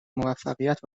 موفقیت